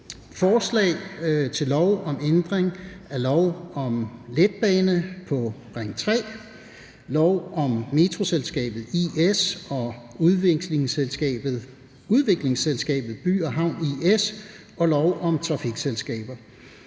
Forslag til lov om ændring af lov om letbane på Ring 3, lov om Metroselskabet I/S og Udviklingsselskabet By & Havn I/S og lov om trafikselskaber.